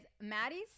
Maddie's